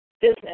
Business